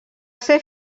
ser